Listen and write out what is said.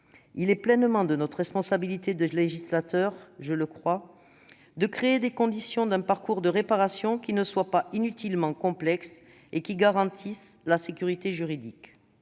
Il est pleinement de notre responsabilité de législateurs, je le crois, de créer les conditions d'un parcours de réparation qui ne soit pas inutilement complexe, et qui garantisse la sécurité juridique.